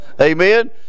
Amen